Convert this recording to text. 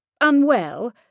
unwell